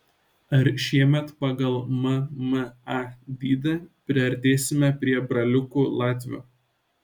ar šiemet pagal mma dydį priartėsime prie braliukų latvių